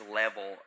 level